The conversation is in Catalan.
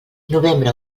novembre